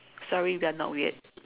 sorry we are not weird